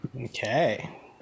okay